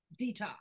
detox